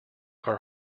are